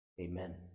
Amen